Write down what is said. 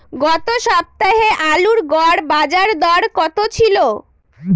গত সপ্তাহে আলুর গড় বাজারদর কত ছিল?